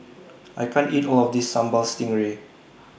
I can't eat All of This Sambal Stingray